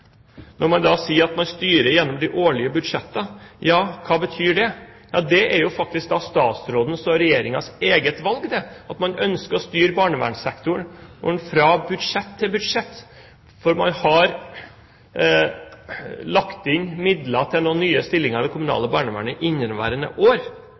Når man i tillegg sier at man styrer gjennom de årlige budsjettene, hva betyr det? Det er faktisk statsrådens og Regjeringens eget valg at man ønsker å styre barnevernssektoren fra budsjett til budsjett, for man har lagt inn midler til noen nye stillinger i det kommunale barnevernet for inneværende år.